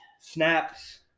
Snaps